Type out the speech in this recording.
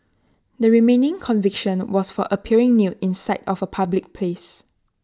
the remaining conviction was for appearing nude in sight of A public place